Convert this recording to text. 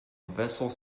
vessels